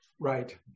Right